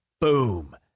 boom